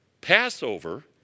Passover